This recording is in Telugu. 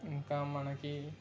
ఇంకా మనకి